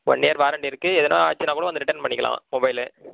one year warranty இருக்கு எதுனா ஆச்சுனா கூட வந்து ரிட்டன் பண்ணிக்கலாம் மொபைல்